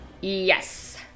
Yes